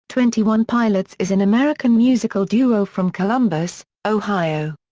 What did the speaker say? twenty one pilots is an american musical duo from columbus, ohio.